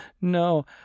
no